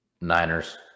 Niners